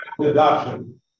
adoption